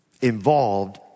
involved